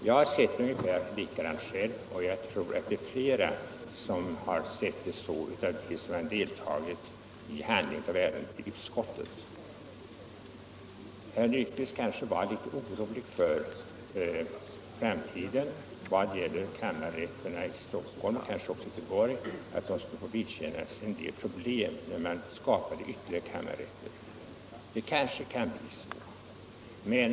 Jag har sett det likadant själv, och jag tror det är flera som sett det så av dem som deltagit i handläggningen av ärendet i utskottet. Herr Nyquist är orolig för kammarrätterna i Stockholm och kanske också Göteborg. De skulle kanske få vidkännas en minskad arbetsvolym när man skapar ytterligare kammarrätter. Det kanske kan bli så.